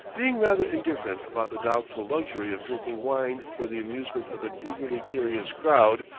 being rather indifferent about the doubtful luxury of drinking wine for the amusement of an eagerly curious crowd,